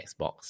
Xbox